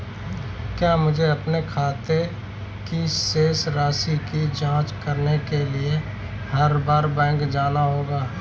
क्या मुझे अपने खाते की शेष राशि की जांच करने के लिए हर बार बैंक जाना होगा?